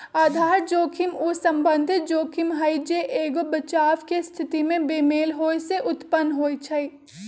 आधार जोखिम उ संभावित जोखिम हइ जे एगो बचाव के स्थिति में बेमेल होय से उत्पन्न होइ छइ